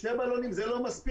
שני בלונים זה לא מספיק.